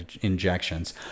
injections